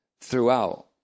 throughout